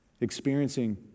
experiencing